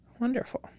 wonderful